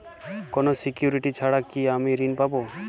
কোনো সিকুরিটি ছাড়া কি আমি ঋণ পাবো?